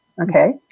Okay